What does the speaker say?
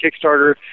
Kickstarter